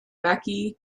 maki